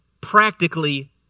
practically